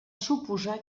suposar